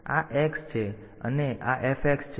તેથી આ x છે અને આ f છે